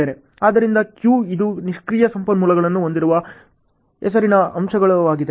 ಆದ್ದರಿಂದ ಕ್ಯೂ ಇದು ನಿಷ್ಕ್ರಿಯ ಸಂಪನ್ಮೂಲಗಳನ್ನು ಹೊಂದಿರುವ ಹೆಸರಿನ ಅಂಶವಾಗಿದೆ